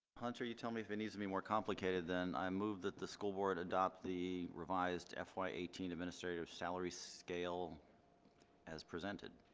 hunter you tell me if it needs to be more complicated than i move that the school board adopt the revised fy eighteen administrators salary scale as presented